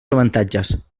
avantatges